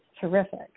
terrific